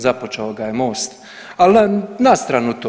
Započeo ga je MOST, ali na stranu to.